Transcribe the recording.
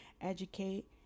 educate